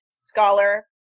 scholar